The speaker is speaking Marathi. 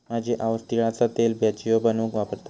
माझी आऊस तिळाचा तेल भजियो बनवूक वापरता